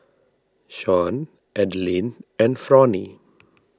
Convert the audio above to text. Shawn Adeline and Fronnie